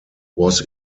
was